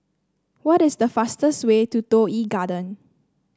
what is the fastest way to Toh Yi Garden